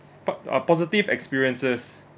pop~ uh positive experiences